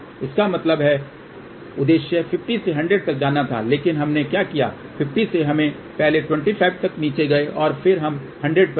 तो इसका मतलब है उद्देश्य 50 से 100 तक जाना था लेकिन हमने क्या किया 50 से हम पहले 25 तक नीचे गए और फिर हम 100 पर गए